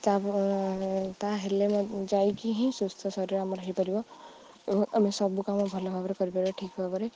ତା ତା'ତାହା ହେଲେ ଯାଇକି ହିଁ ସୁସ୍ଥ ଶରୀର ଆମର ହେଇପାରିବ ଏବଂ ଆମେ ସବୁ କାମ ଭଲ ଭାବରେ କରିପାରିବା ଠିକ୍ ଭାବରେ